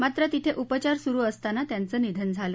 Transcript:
मात्र तिथे उपचार सुरु असताना त्यांचं निधन झालं